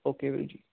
okay ਵੀਰ ਜੀ